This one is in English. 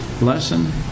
lesson